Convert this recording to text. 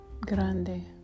Grande